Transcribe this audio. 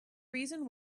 reason